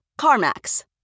CarMax